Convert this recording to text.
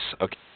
Okay